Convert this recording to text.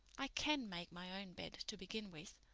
i can make my own bed to begin with.